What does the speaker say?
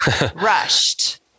rushed